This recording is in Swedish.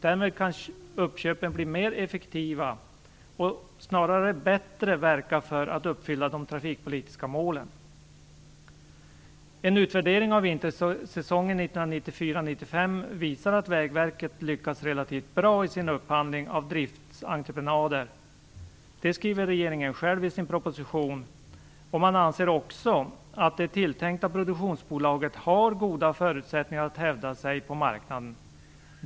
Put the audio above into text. Därmed kan uppköpen bli mer effektiva och snarare bättre verka för att uppfylla de trafikpolitiska målen. En utvärdering av vintersäsongen 1994-1995 visar att Vägverket lyckats relativt bra i sin upphandling av driftsentreprenader. Det skriver regeringen själv i sin proposition, och man anser också att det tilltänkta produktionsbolaget har goda förutsättningar att hävda sig på marknaden.